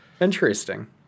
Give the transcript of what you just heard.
Interesting